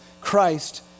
Christ